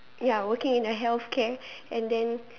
ya working in a healthcare and then